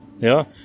Ja